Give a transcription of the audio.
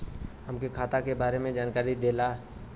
हमके खाता के बारे में जानकारी देदा?